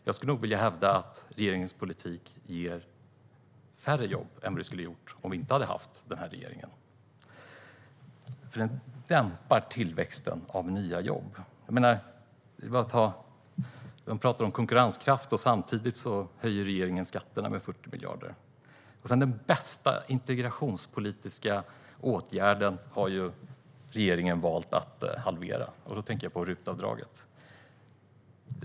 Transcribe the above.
Jag skulle nog vilja hävda att regeringens politik ger färre jobb än vad som skulle ha varit fallet om vi inte hade haft den här regeringen. Den dämpar tillväxten av nya jobb. Regeringen talar on konkurrenskraft, men samtidigt höjer den skatterna med 40 miljarder. Den bästa integrationspolitiska åtgärden har regeringen valt att halvera. Jag tänker då på RUT-avdraget.